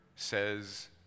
says